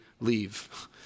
leave